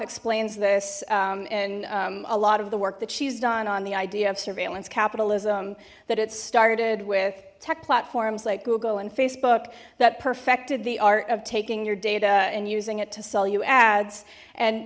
explains this and a lot of the work that she's done on the idea of surveillance capitalism that it started with tech platforms like and facebook that perfected the art of taking your data and using it to sell you ads and